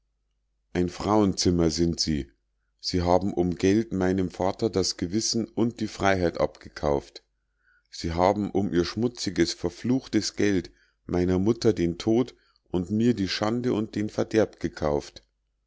ein frauenzimmer sind sie sie haben um geld meinem vater das gewissen und die freiheit abgekauft sie haben um ihr schmutziges verfluchtes geld meiner mutter den tod und mir die schande und den verderb gekauft